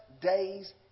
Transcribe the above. day's